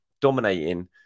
dominating